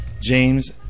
James